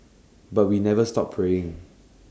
but we never stop praying